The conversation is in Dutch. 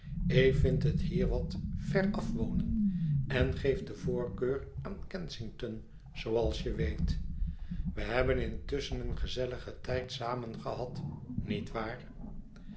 eve vindt het hier wat ver afwonen en geeft de voorkeur aan kensington zooals je weet we hebben intusschen een gezelligen tijd samen gehad niet waar